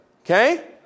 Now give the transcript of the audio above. Okay